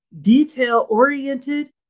detail-oriented